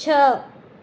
छह